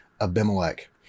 Abimelech